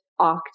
OCT